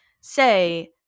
say